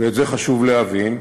ואת זה חשוב להבין,